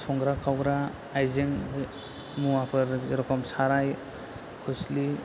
संग्रा खावग्रा आयजें मुवाफोर जेर'खम साराय खोस्लि